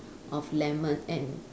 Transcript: of lemon and